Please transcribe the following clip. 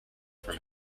from